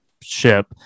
Ship